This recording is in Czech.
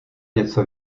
něco